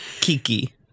Kiki